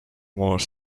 more